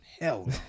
Hell